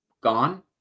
gone